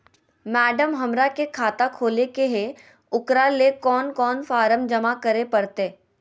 Madam, हमरा के खाता खोले के है उकरा ले कौन कौन फारम जमा करे परते?